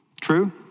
True